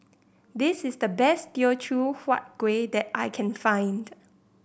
this is the best Teochew Huat Kuih that I can find